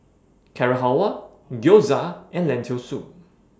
Carrot Halwa Gyoza and Lentil Soup